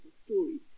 stories